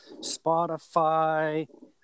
Spotify